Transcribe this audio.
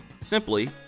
simply